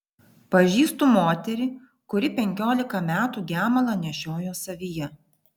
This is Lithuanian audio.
pažįstu moterį kuri penkiolika metų gemalą nešiojo savyje